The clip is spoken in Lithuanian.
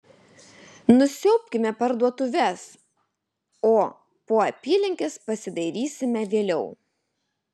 nusiaubkime parduotuves o po apylinkes pasidairysime vėliau